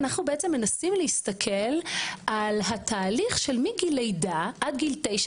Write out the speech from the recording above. אנחנו בעצם מנסים להסתכל על התהליך של מגיל לידה עד גיל תשע.